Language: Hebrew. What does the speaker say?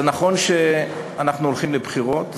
נכון שאנחנו הולכים לבחירות,